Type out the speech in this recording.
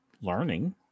learning